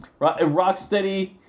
Rocksteady